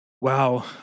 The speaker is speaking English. Wow